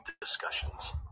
discussions